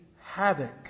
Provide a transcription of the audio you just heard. havoc